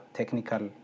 technical